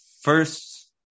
first